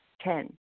Ten